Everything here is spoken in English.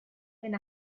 and